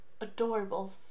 adorable